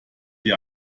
die